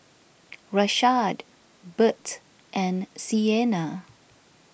Rashaad Burt and Siena